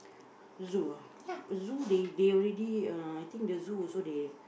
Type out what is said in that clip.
zoo ah zoo they they already uh I think the zoo also they